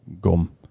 gum